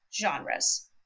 genres